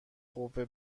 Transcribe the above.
قوه